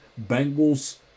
Bengals